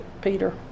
Peter